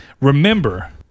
Remember